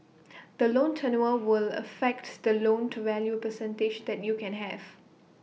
the loan tenure will affects the loan to value percentage that you can have